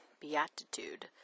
beatitude